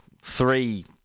three